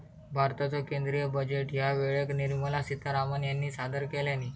भारताचो केंद्रीय बजेट ह्या वेळेक निर्मला सीतारामण ह्यानी सादर केल्यानी